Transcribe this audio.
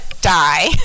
die